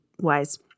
wise